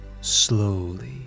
slowly